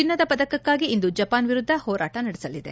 ಚಿನ್ನದ ಪದಕಕ್ಕಾಗಿ ಇಂದು ಜಪಾನ್ ವಿರುದ್ಧ ಹೋರಾಟ ನಡೆಸಲಿದೆ